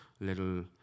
little